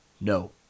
No